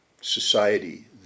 society